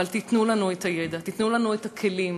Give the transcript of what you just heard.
אבל תיתנו לנו את הידע, תיתנו לנו את הכלים.